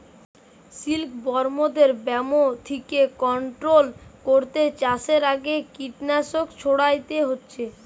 সিল্কবরমদের ব্যামো থিকে কন্ট্রোল কোরতে চাষের আগে কীটনাশক ছোড়াতে হচ্ছে